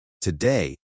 Today